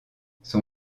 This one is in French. son